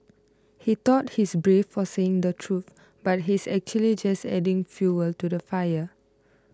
he thought he's brave for saying the truth but he's actually just adding fuel to the fire